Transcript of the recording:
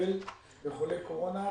לטפל בחולי קורונה.